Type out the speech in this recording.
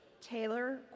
Taylor